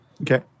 Okay